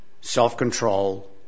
self-control